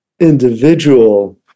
individual